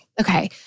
Okay